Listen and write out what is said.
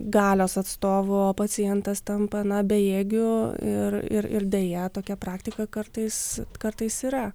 galios atstovu o pacientas tampa na bejėgiu ir ir ir deja tokia praktika kartais kartais yra